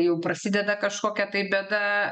jau prasideda kažkokia tai bėda